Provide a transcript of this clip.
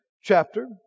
chapter